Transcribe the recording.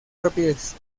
rapidez